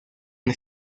una